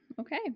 okay